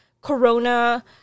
Corona